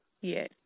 Yes